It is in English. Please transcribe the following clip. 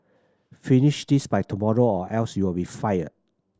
finish this by tomorrow or else you'll be fired